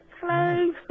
hello